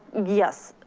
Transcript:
yes.